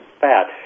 fat